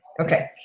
okay